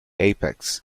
apex